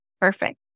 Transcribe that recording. Perfect